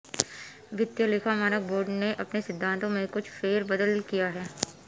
वित्तीय लेखा मानक बोर्ड ने अपने सिद्धांतों में कुछ फेर बदल किया है